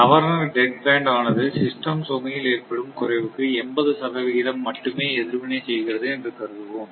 governor dead band ஆனது system சுமையில் ஏற்படும் குறைவுக்கு 80 சதவிகிதம் மட்டுமே எதிர்வினை செய்கிறது என்று கருதுவோம்